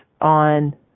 on